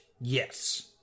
Yes